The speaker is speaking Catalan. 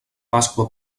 pasqua